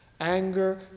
anger